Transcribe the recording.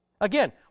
Again